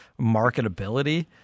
marketability